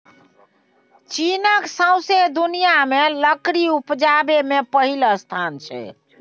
चीनक सौंसे दुनियाँ मे लकड़ी उपजाबै मे पहिल स्थान छै